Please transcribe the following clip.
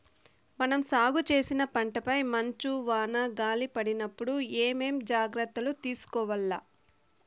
మనం సాగు చేసిన పంటపై మంచు, వాన, గాలి పడినప్పుడు ఏమేం జాగ్రత్తలు తీసుకోవల్ల?